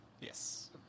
Yes